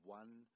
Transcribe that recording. one